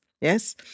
Yes